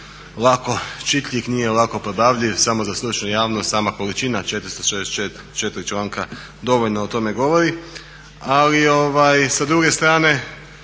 lako čitljiv, nije lako probavljiv, samo za stručnu javnost, sama količina 464 članka dovoljno o tome govori. Ali s druge strane